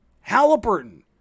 Halliburton